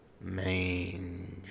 mange